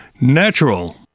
natural